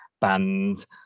bands